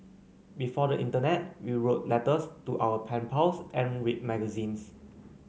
before the internet we wrote letters to our pen pals and read magazines